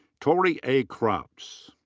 torrie a. cropps.